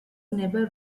never